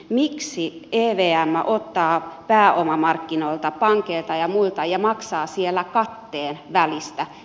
miksi evm ottaa pääomamarkkinoilta pankeilta ja muilta ja maksaa siellä katteen välistä